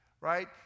right